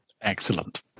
excellent